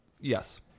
Yes